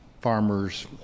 farmers